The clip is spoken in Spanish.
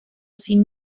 sin